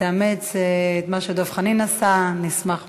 תאמץ את מה שדב חנין עשה, נשמח מאוד,